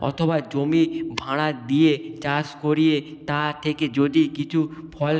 অথবা জমি ভাড়া দিয়ে চাষ করিয়ে তা থেকে যদি কিছু ফল